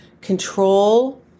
control